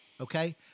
Okay